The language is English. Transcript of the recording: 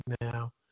now